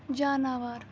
جاناوار